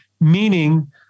meaning